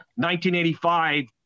1985